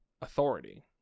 authority